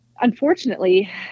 unfortunately